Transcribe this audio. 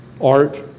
art